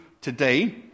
today